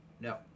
no